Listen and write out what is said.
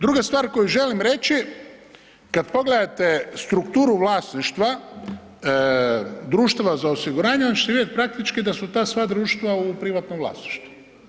Druga stvar koju želim reći, kad pogledate strukturu vlasništva društava za osiguranje onda ćete vidjeti praktički da su ta sva društva u privatnom vlasništvu.